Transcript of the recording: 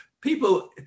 people